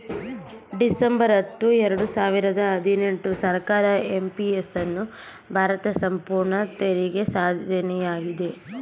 December ಹತ್ತು ಎರಡು ಸಾವಿರ ಹದಿನೆಂಟು ಸರ್ಕಾರ ಎಂ.ಪಿ.ಎಸ್ ಅನ್ನು ಭಾರತ ಸಂಪೂರ್ಣ ತೆರಿಗೆ ಸಾಧನೆಯಾಗಿದೆ